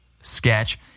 sketch